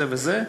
וזה וזה,